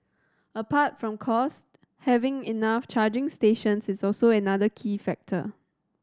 apart from cost having enough charging stations is also another key factor